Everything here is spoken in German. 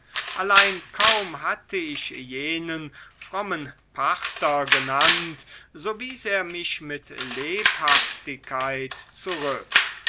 allein kaum hatte ich jenen frommen pachter genannt so wies er mich mit lebhaftigkeit zurück